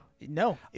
No